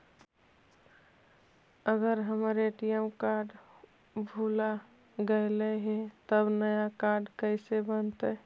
अगर हमर ATM card भुला गैलै हे तब नया काड कइसे बनतै?